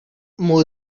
mow